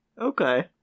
Okay